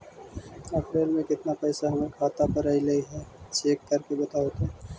अप्रैल में केतना पैसा हमर खाता पर अएलो है चेक कर के बताहू तो?